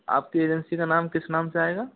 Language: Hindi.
आपकी एजेंसी का नाम किस नाम से आएगा